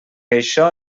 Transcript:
això